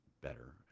better